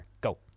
go